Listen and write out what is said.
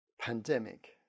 pandemic